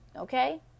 okay